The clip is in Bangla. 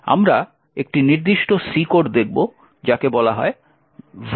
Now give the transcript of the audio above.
আমরা একটি নির্দিষ্ট C কোড দেখব যাকে বলা হয় vulnc